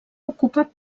ocupa